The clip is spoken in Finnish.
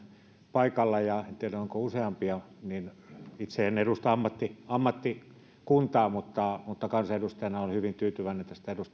paikalla ja en tiedä onko useampia enkä itse edusta ammattikuntaa ammattikuntaa niin kansanedustajana olin hyvin tyytyväinen jo siitä